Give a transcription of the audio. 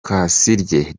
kasirye